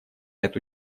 эту